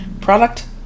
product